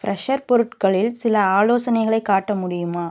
fresher பொருட்களில் சில ஆலோசனைகளைக் காட்ட முடியுமா